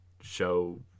show